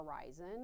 horizon